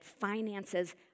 finances